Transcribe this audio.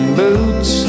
boots